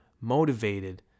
motivated